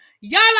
Y'all